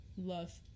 love